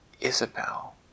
Isabel